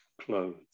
clothes